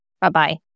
Bye-bye